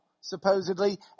supposedly